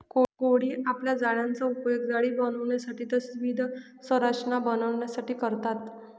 कोळी आपल्या जाळ्याचा उपयोग जाळी बनविण्यासाठी तसेच विविध संरचना बनविण्यासाठी करतात